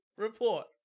report